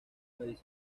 país